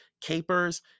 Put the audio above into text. capers